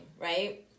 right